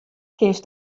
kinst